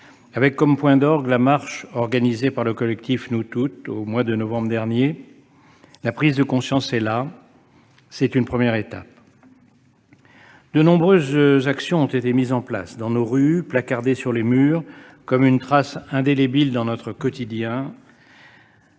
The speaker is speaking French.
avec comme point d'orgue la marche organisée par le collectif Nous toutes au mois de novembre dernier. La prise de conscience est là ; c'est une première étape. De nombreuses actions ont été mises en place. Dans nos rues, placardés sur les murs, comme une trace indélébile dans notre quotidien,